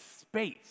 space